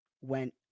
went